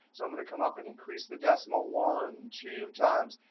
so i'm going to come up and increase the decimal one, two times.